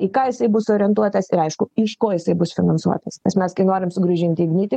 į ką jisai bus orientuotas ir aišku iš ko jisai bus finansuotas nes mes kai norim sugrąžinti ignitį